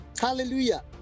Hallelujah